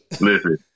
listen